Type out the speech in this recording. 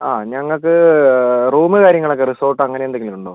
ആ ഞങ്ങൾക്ക് റൂമ് കാര്യങ്ങൾ ഒക്കെ റിസോർട്ട് അങ്ങനെ എന്തെങ്കിലും ഉണ്ടോ